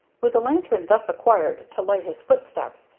with the lantern thus acquired to light his footsteps,